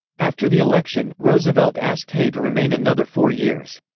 after the election, roosevelt asked hay to remain another four years.